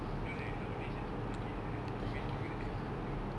you know like nowadays at supermarket right they always do like the